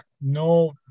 no